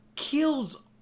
Kills